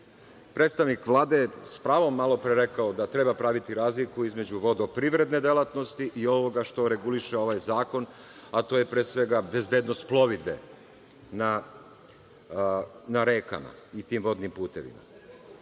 obavljeni. Predstavnik Vlade je s pravom malopre rekao da treba praviti razliku između vodoprivredne delatnosti i ovoga što reguliše ovaj zakon, a to je pre svega bezbednost plovidbe na rekama i tim vodnim putevima.